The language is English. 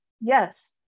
yes